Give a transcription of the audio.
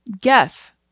Guess